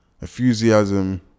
enthusiasm